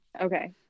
Okay